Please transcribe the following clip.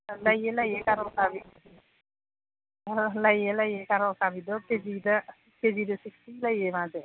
ꯂꯩꯌꯦ ꯂꯩꯌꯦ ꯀꯥꯔꯣꯠ ꯑꯈꯥꯕꯤ ꯑ ꯂꯩꯌꯦ ꯂꯩꯌꯦ ꯀꯥꯔꯣꯠ ꯑꯈꯥꯕꯤꯗꯣ ꯀꯦꯖꯤꯗ ꯀꯦꯖꯤꯗ ꯁꯤꯛꯁꯇꯤ ꯂꯩꯌꯦ ꯃꯥꯁꯦ